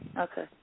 Okay